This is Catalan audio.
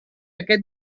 aquest